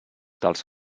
dels